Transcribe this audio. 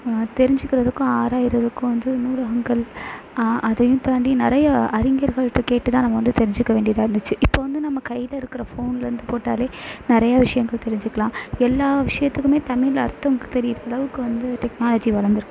தெரிஞ்சிக்கிறதுக்கும் ஆராயிரதுக்கும் வந்து நூலகங்கள் அதையும் தாண்டி நிறையா அறிஞர்கள்ட்ட கேட்டு தான் நாங்கள் வந்து தெரிஞ்சிக்க வேண்டியதாக இருந்துச்சு இப்போ வந்து நம்ம கையில் இருக்கிற ஃபோன்லருந்து போட்டாலே நிறையா விஷயங்கள் தெரிஞ்சிக்கலாம் எல்லா விஷயத்துக்குமே தமிழ் அர்த்தம் தெரிகிற அளவுக்கு வந்து டெக்னாலஜி வளர்ந்துருக்கு